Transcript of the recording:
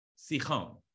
Sichon